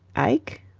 ike?